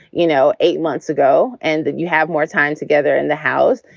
you know, eight months ago. and then you have more time together in the house.